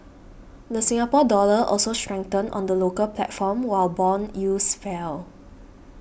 the Singapore Dollar also strengthened on the local platform while bond fell